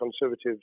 Conservatives